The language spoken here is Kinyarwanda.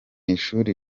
ishuri